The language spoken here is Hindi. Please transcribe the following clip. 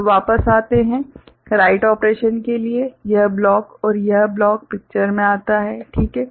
तो वापस आते है राइट ऑपरेशन के लिए यह ब्लॉक और यह ब्लॉक पिक्चर में आता है ठीक है